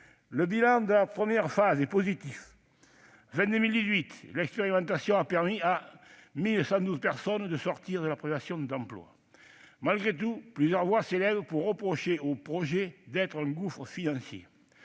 Le bilan de la première phase est positif : à la fin de l'année 2018, l'expérimentation avait permis à 1 112 personnes de sortir de la privation d'emploi. Malgré tout, plusieurs voix s'élèvent pour reprocher au projet d'être un gouffre financier.